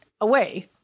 away